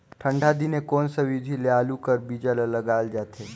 ठंडा दिने कोन सा विधि ले आलू कर बीजा ल लगाल जाथे?